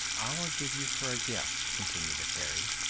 i will give you for a gift, continued the fairy,